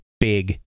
big